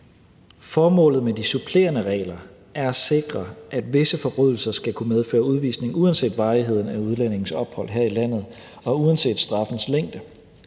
Formålet med de supplerende regler er at sikre, at visse forbrydelser skal kunne medføre udvisning uanset varigheden af udlændingens ophold her i landet og uanset straffens længde.